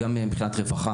גם מבחינת רווחה,